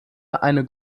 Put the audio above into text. eine